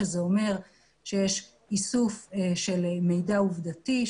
שזה אומר שיש איסוף של מידע עובדתי,